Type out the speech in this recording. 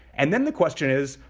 and then the question is,